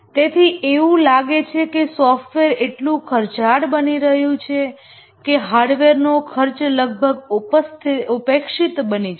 તેથી એવું લાગે છે કે સોફ્ટવેર એટલું ખર્ચાળ બની રહ્યું છે કે હાર્ડવેરનો ખર્ચ લગભગ ઉપેક્ષિત બની જશે